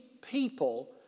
people